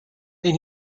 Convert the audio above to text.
and